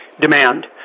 demand